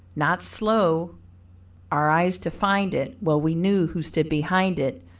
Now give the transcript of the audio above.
not slow our eyes to find it well we knew who stood behind it,